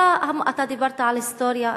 אתה דיברת על היסטוריה,